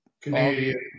Canadian